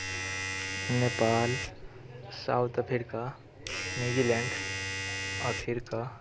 Nepal South Africa New Zealand Africa